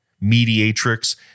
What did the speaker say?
Mediatrix